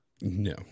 No